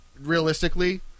Realistically